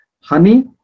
honey